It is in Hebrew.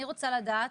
אני רוצה לדעת,